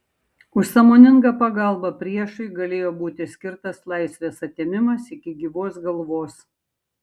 už sąmoningą pagalbą priešui galėjo būti skirtas laisvės atėmimas iki gyvos galvos